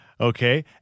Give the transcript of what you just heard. Okay